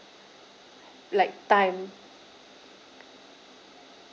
like time